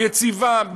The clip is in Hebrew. יציבה,